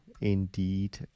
indeed